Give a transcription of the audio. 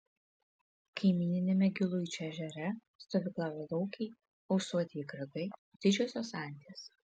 kaimyniniame giluičio ežere stovyklauja laukiai ausuotieji kragai didžiosios antys